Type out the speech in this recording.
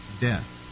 death